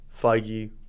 Feige